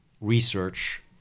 research